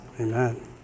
Amen